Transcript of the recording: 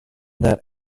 that